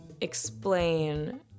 explain